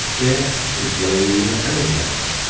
there is loelia elegans,